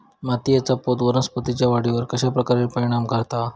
मातीएचा पोत वनस्पतींएच्या वाढीवर कश्या प्रकारे परिणाम करता?